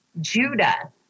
Judah